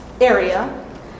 area